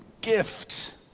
gift